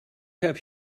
have